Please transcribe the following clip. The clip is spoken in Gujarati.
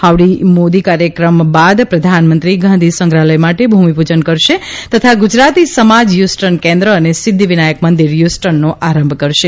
હાઉડી મોદી કાર્યક્રમ બાદ પ્રધાનમંત્રી ગાંધી સંગ્રહાલય માટે ભૂમિપુજન કરશે તથા ગુજરાતી સમાજ હ્યુસ્ટન કેન્દ્ર અને સિાધ્ધ વિનાયક મંદીર હ્યુસ્ટનનો આરંભ કરશે